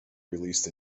released